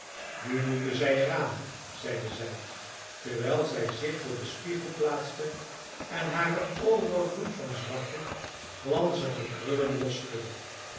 nu moeten zij er aan zeide zij terwijl zij zich voor den spiegel plaatste en haren overvloed van zwarte glanzige krullen